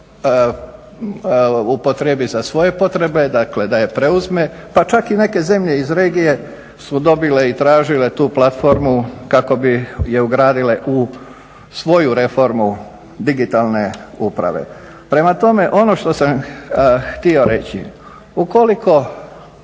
upotrijebi za svoje potrebe, da je preuzme pa čak i neke zemlje iz regije su dobile i tražile tu platformu kako bi je ugradile u svoju reformu digitalne uprave. Prema tome, ono što sam htio reći, ukoliko